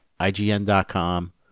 IGN.com